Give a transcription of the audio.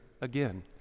again